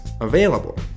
available